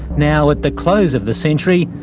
now at the close of the century,